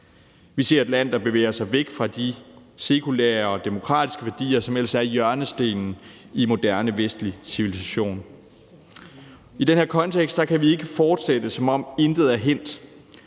Vi ser et land, der bevæger sig væk fra de sekulære og demokratiske værdier, som ellers er hjørnestenen i moderne vestlig civilisation. I den her kontekst kan vi ikke fortsætte, som om intet er hændt.